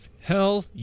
Hell